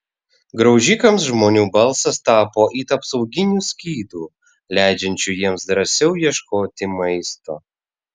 graužikams žmonių balsas tapo it apsauginiu skydu leidžiančiu jiems drąsiau ieškoti maisto